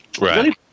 Right